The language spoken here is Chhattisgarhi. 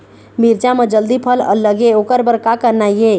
मिरचा म जल्दी फल लगे ओकर बर का करना ये?